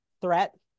threat